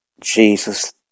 Jesus